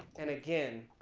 and again,